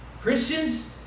Christians